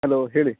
hello ಹೇಳಿ